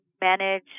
manage